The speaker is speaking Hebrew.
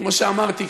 כמו שאמרתי,